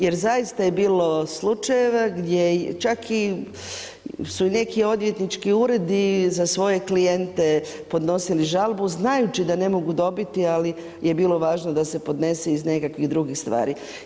Jer zaista je bilo slučajeva gdje čak su i neki odvjetnički uredi za svoje klijente podnosili žalbu znajući da ne mogu dobiti ali je bilo važno da se podnese iz nekakvih drugih stvari.